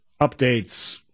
updates